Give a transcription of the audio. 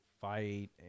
fight